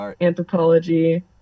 anthropology